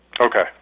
Okay